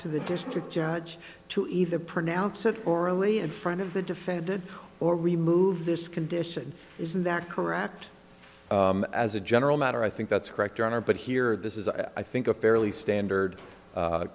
to the district judge to either pronounce it orally in front of the defended or remove this condition is that correct as a general matter i think that's correct your honor but here this is i think a fairly standard